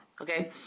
okay